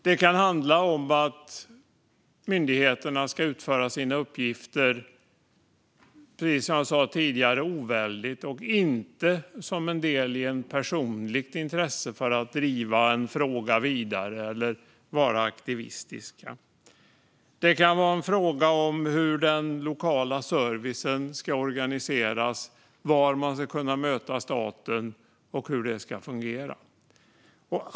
Det kan handla om att myndigheterna, som jag sa tidigare, ska utföra sina uppgifter oväldigt och inte som en del i ett personligt intresse, för att driva en fråga vidare eller vara aktivistisk. Det kan också handla om hur den lokala servicen ska organiseras, var man ska kunna möta staten och hur det ska fungera.